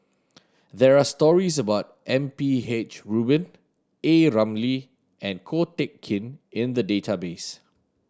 there are stories about M P H Rubin A Ramli and Ko Teck Kin in the database